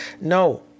No